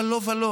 אבל לא ולא.